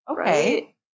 Okay